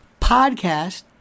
podcast